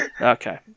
Okay